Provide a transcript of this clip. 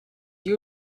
you